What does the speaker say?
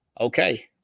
okay